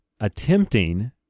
attempting